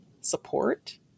support